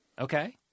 Okay